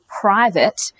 private